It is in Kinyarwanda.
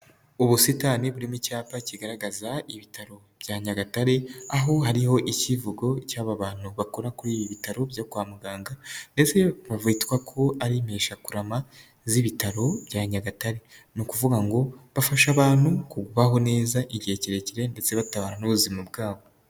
Ubusitani burimo icyapa kigaragaza ibitaro bya Nyagatare, aho hariho icyivugo cy'aba bantu bakora kuri ibi bitaro byo kwa muganga, ndetse bavutwa ko ari impkesha kurama z'ibitaro bya Nyagatare, ni ukuvuga ngo bafashe abantugwa neza igihe kirekire, ndetse batabara n'ubuzima bwabo.